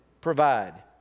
provide